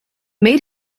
made